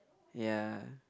ya